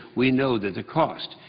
we know that the cost,